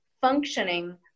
functioning